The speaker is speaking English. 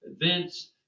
events